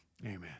amen